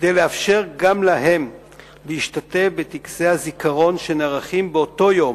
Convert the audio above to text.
כדי לאפשר גם להם להשתתף בטקסי הזיכרון שנערכים באותו יום,